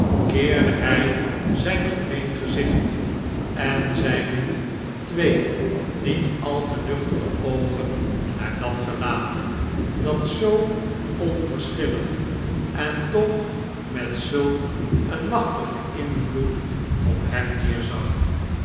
keerde hij zijn gemeen gezicht en zijne twee niet al te nuchtere oogen naar dat gelaat dat zoo opverschillig en toch met zulk een machtigen invloed op hem neerzag